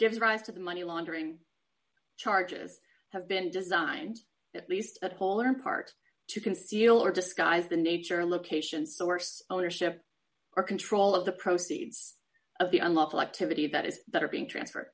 gives rise to the money laundering charges have been designed at least a polar part to conceal or disguise the nature location source ownership or control of the proceeds of the unlawful activity that is that are being transferred